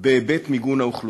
בהיבט מיגון האוכלוסייה.